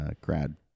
grad